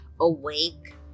awake